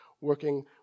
working